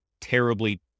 terribly